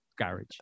garage